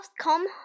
come